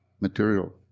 material